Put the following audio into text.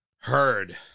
Heard